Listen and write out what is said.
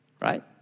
right